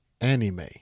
anime